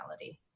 reality